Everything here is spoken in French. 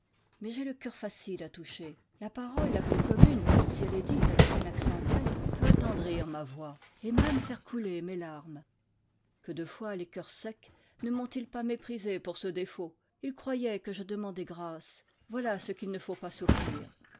mais j'ai le coeur facile à toucher la parole la plus commune si elle est dite avec un accent vrai peut attendrir ma voix et même faire couler mes larmes que de fois les coeurs secs ne m'ont-ils pas méprisé pour ce défaut ils croyaient que je demandais grâce voilà ce qu'il ne faut pas souffrir